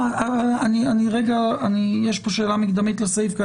יש פה שאלה מקדמית לסעיף.